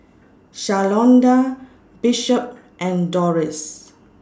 Shalonda Bishop and Dorris